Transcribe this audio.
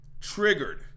Triggered